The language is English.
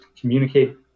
communicate